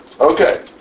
Okay